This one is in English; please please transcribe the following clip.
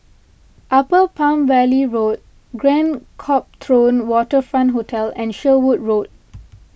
Upper Palm Valley Road Grand Copthorne Waterfront Hotel and Sherwood Road